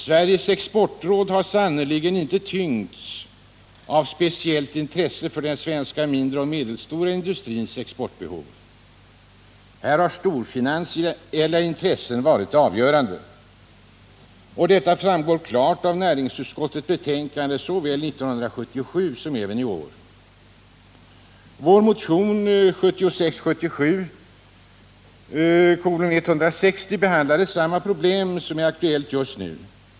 Sveriges exportråd har sannerligen inte tyngts av speciellt intresse för den svenska mindre och medelstora industrins exportbehov. Här har de storfinansiella intressena varit avgörande. Detta framgår klart av näringsutskottets betänkande såväl 1977 som i år. å Vår motion 1976/77:160 behandlade samma problem som är aktuellt just nu.